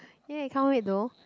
!yay! can't wait though